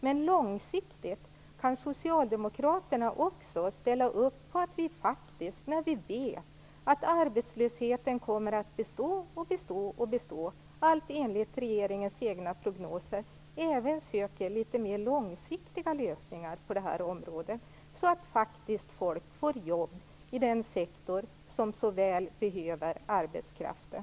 Men kan Socialdemokraterna också ställa upp på att söka litet mer långsiktiga lösningar på det här området? Vi vet att arbetslösheten kommer att bestå och bestå, allt enligt regeringens egna prognoser, och det behövs långsiktiga lösningar så att folk faktiskt får jobb i den här sektorn som så väl behöver arbetskraften.